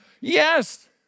Yes